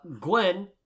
Gwen